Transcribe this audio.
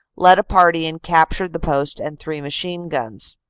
led a party and captured the post and three machine-guns.